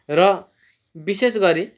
र विशेष गरी